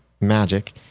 magic